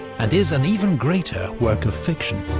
and is an even greater work of fiction.